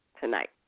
tonight